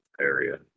area